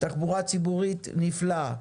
תחבורה ציבורית, נפלא,